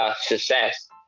success